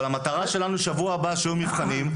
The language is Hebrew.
אבל המטרה שלנו בשבוע הבא שיהיו מבחנים,